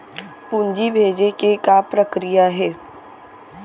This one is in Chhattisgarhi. पूंजी भेजे के का प्रक्रिया हे?